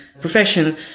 profession